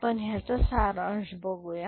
आपण सारांश बघूया